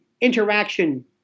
interaction